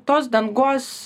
tos dangos